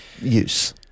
use